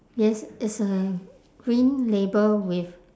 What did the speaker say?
yes it's a green label with